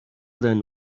then